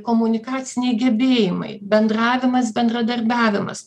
komunikaciniai gebėjimai bendravimas bendradarbiavimas